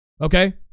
okay